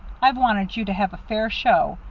i've wanted you to have a fair show.